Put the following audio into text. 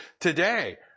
today